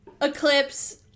Eclipse